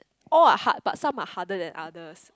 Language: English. oh hard but some are harder than others